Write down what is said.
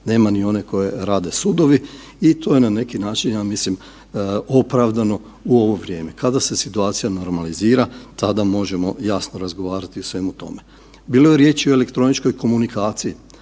Nema ni one koje rade sudovi i to je na neki način, ja mislim opravdano u ovo vrijeme. Kada se situacija normalizira, tada možemo, jasno, razgovarati o svemu tome. Bilo je riječi o elektroničkoj komunikaciji.